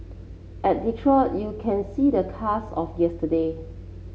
at Detroit you see the cars of yesterday